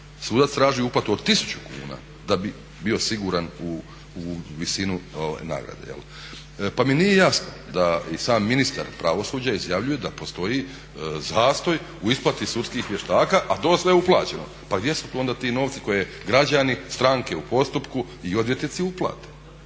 Sudac traži uplatu od 1000 kuna da bi bio siguran u visinu nagrade jel'. Pa mi nije jasno da i sam ministar pravosuđa izjavljuje da postoji zastoj u isplati sudskih vještaka a to je sve uplaćeno. Pa gdje su onda ti novci koje građani, stranke u postupku i odvjetnici uplate?